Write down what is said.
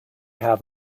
have